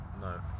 No